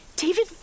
David